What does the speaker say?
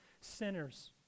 sinners